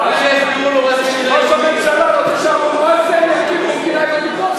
ראש הממשלה רוצה שאבו מאזן יקים מדינה,